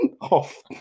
off